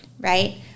right